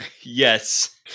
Yes